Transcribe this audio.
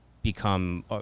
Become